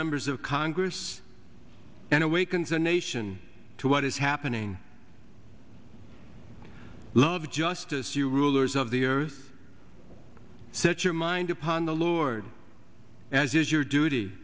members of congress and awakens a nation to what is happening love justice you rulers of the earth set your mind upon the lord as is your duty